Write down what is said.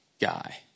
guy